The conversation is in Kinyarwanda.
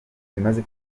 bimaze